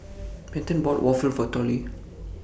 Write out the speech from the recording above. Benton bought Waffle For Tollie